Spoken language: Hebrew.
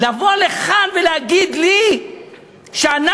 לבוא לכאן ולהגיד לי שאנחנו,